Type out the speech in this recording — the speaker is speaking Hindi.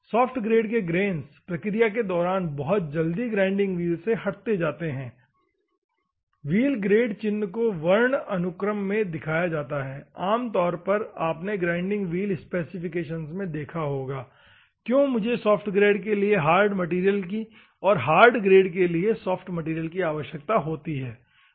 सॉफ्ट ग्रेड के ग्रेन्स प्रक्रिया के दौरान बहुत जल्दी ग्राइंडिंग व्हील से हटते जाते है ठीक है व्हील ग्रेड चिन्ह को वर्ण अनुक्रम में दिखाया जाता है आमतौर पर आपने ग्राइंडिंग व्हील स्पेसिफिकेशन में देखा होगा क्यों मुझे सॉफ्ट ग्रेड के लिए हार्ड मैटेरियल की और हार्ड ग्रेड के लिए सॉफ्ट मैटेरियल की आवश्यकता होती है